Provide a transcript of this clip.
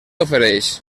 ofereix